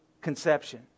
conception